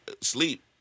sleep